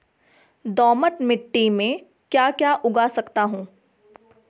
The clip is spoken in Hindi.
दोमट मिट्टी में म ैं क्या क्या उगा सकता हूँ?